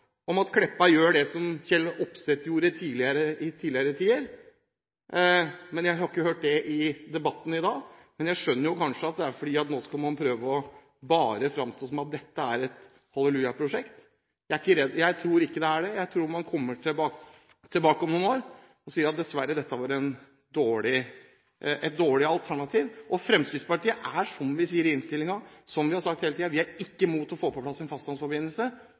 om at Meltveit Kleppa gjør det som Kjell Opseth gjorde i tidligere tider, men jeg har ikke hørt det i debatten i dag. Jeg skjønner at det kanskje er fordi man nå skal prøve å bare framstille dette som et hallelujaprosjekt. Jeg tror ikke det er det. Jeg tror man kommer tilbake om noen år og sier at dessverre, dette var et dårlig alternativ. Fremskrittspartiet er, som vi sier i innstillingen, og som vi har sagt hele tiden, ikke imot å få på plass en fastlandsforbindelse,